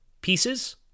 Pieces